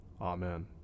Amen